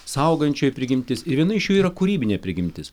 saugančiojo prigimtis ir viena iš jų yra kūrybinė prigimtis